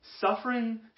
Suffering